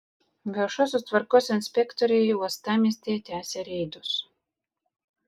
viešosios tvarkos inspektoriai uostamiestyje tęsia reidus